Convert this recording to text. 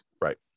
Right